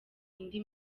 indi